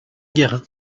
guérin